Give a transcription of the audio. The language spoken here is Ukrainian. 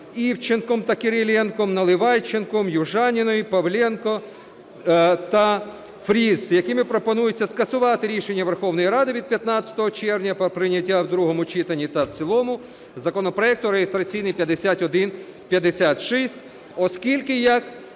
Івченком та Кириленком, Наливайченком, Южаніною, Павленком та Фріз, якими пропонується скасувати рішення Верховної Ради від 15 червня про прийняття у другому читанні та в цілому законопроекту (реєстраційний – 5156). Оскільки, як